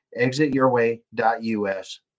exityourway.us